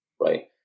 right